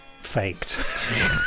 Faked